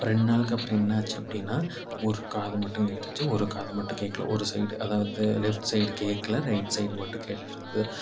ரெண்டு நாளுக்கு அப்பறம் என்னாச்சு அப்படின்னா ஒரு காது மட்டும் கேட்டுச்சு ஒரு காது மட்டும் கேட்கல ஒரு சைடு அதாவது லெஃப்ட் சைடு கேட்கல ரைட் சைடு மட்டும் கேட்டுட்டிருந்தது